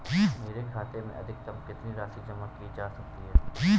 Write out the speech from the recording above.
मेरे खाते में अधिकतम कितनी राशि जमा की जा सकती है?